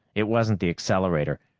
it wasn't the accelerator.